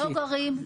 לא גרים,